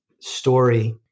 story